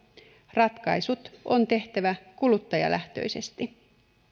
ratkaisut on tehtävä kuluttajalähtöisesti